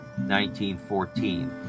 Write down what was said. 1914